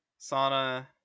sauna